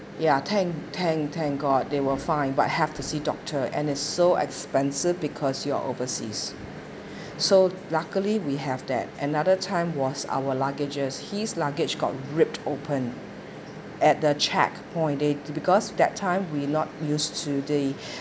ya thank thank thank god they were fine but have to see doctor and is so expensive because you are overseas so luckily we have that another time was our luggages his luggage got ripped open at the check point they because that time we not used to the